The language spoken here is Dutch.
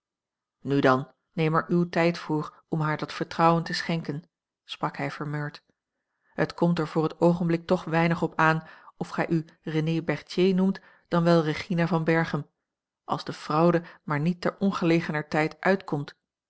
nu dan neem er uw tijd voor om haar dat vertrouwen te schenken sprak hij vermurwd het komt er voor het oogenblik toch weinig op aan of gij u renée berthier noemt dan wel regina van berchem als de fraude maar niet ter ongelegener tijd uitkomt